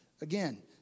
Again